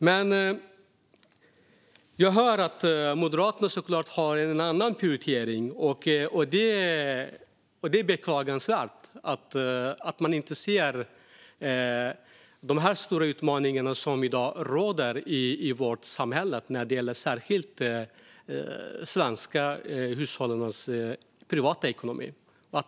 Men jag hör att Moderaterna såklart har en annan prioritering. Det är beklagansvärt att man inte ser de stora utmaningar som i dag råder i vårt samhälle när det gäller särskilt de svenska hushållens privata ekonomi.